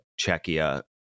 czechia